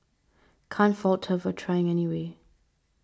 can't fault her for trying anyway